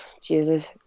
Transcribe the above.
Jesus